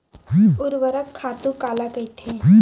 ऊर्वरक खातु काला कहिथे?